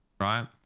right